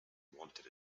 wanted